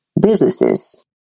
businesses